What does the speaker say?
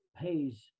pays